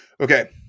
Okay